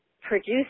produced